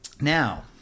Now